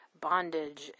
bondage